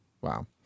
Wow